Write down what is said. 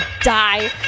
die